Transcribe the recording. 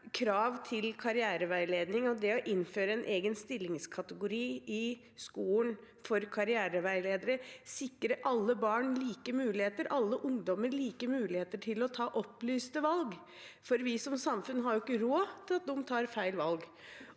krav til karriereveiledning og å innføre en egen stillingskategori i skolen for karriereveiledere sikre alle barn og ungdommer like muligheter til å ta opplyste valg? Vi som samfunn har jo ikke råd til at de tar feil valg.